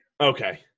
Okay